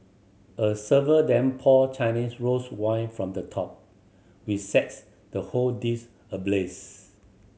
a server then pour Chinese rose wine from the top which sets the whole dish ablaze